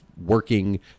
working